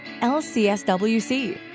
lcswc